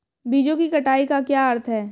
बीजों की कटाई का क्या अर्थ है?